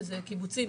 שזה קיבוצים,